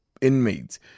inmates